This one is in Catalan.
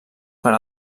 per